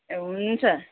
ए हुन्छ